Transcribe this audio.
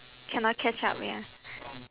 cannot catch up ya